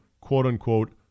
quote-unquote